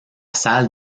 salle